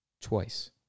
twice